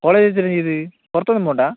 കോളേജിൽ വെച്ചുതന്നെ ചെയ്തത് പുറത്തൊന്നും പോകണ്ടേ